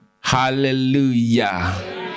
Hallelujah